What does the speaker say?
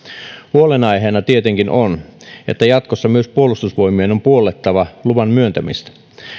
huolenaiheena tietenkin on että jatkossa myös puolustusvoimien on puollettava luvan myöntämistä